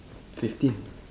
fifteen